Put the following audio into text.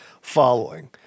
following